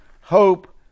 Hope